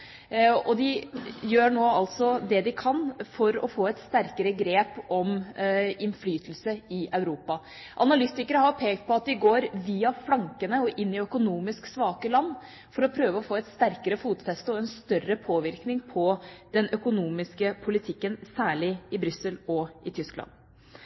og de gjør nå det de kan for å få et sterkere grep om innflytelsen i Europa. Analytikere har pekt på at de går via flankene og inn i økonomisk svake land for å prøve å få et sterkere fotfeste og en større påvirkning på den økonomiske politikken, særlig i Brussel og i Tyskland.